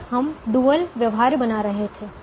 और हम डुअल व्यवहार्य बना रहे थे